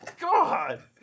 god